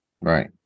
Right